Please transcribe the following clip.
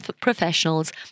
professionals